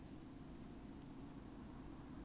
then I don't have to pay anything good lah